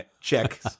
check